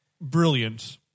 brilliant